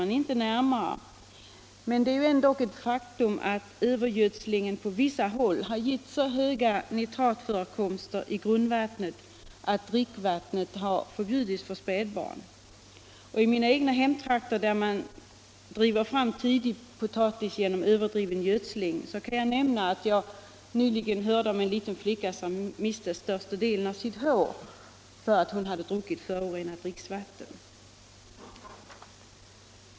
Jag vill dock framhålla att det är ett faktum att övergödsling på vissa håll har lett till så höga nitratförekomster i grundvattnet, att dricksvattnet förbjudits för spädbarn. Från mina egna hemtrakter, där man driver fram tidig potatis genom kraftig övergödsling, kan jag nämna att jag nyligen hörde talas om en liten flicka som miste större delen av sitt hår därför att hon druckit förorenat dricksvatten.